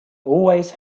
always